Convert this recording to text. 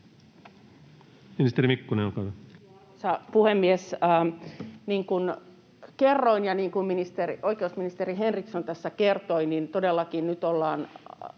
Ministeri Mikkonen, olkaa hyvä. Arvoisa puhemies! Niin kuin kerroin ja niin kuin oikeusministeri Henriksson tässä kertoi, todellakin nyt ollaan